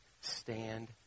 stand